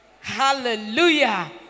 Hallelujah